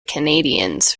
canadians